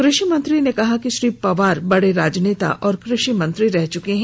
कृषि मंत्री ने कहा कि श्री पवार बडे राजनेता हैं और क्रषि मंत्री रह चुके हैं